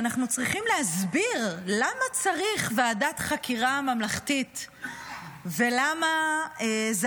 שאנחנו צריכים להסביר למה צריך ועדת חקירה ממלכתית ולמה זה